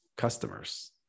Customers